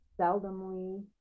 seldomly